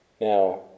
Now